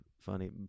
funny